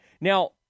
Now